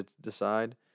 decide